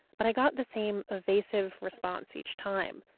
but i got the same evasive response each time.